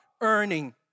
earning